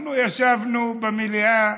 אנחנו ישבנו במליאה,